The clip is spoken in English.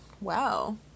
wow